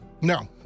No